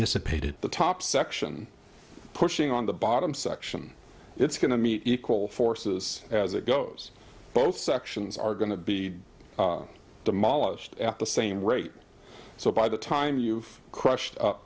dissipated the top section pushing on the bottom section it's going to meet equal forces as it goes both sections are going to be demolished at the same rate so by the time you've crushed